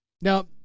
Now